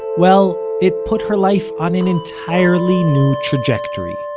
well, it put her life on an entirely new trajectory.